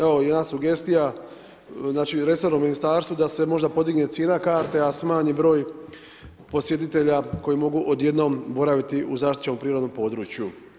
Evo, jedna sugestija, znači resornom ministarstvu, da se možda podigne cijena karte, a smanji broj posjetitelja, koji mogu odjednom boraviti u zaštićenom prirodnom području.